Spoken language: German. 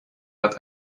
hat